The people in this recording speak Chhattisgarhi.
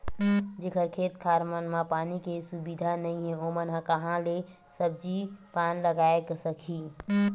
जेखर खेत खार मन म पानी के सुबिधा नइ हे ओमन ह काँहा ले सब्जी पान लगाए सकही